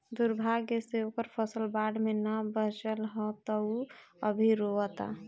दुर्भाग्य से ओकर फसल बाढ़ में ना बाचल ह त उ अभी रोओता